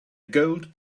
gold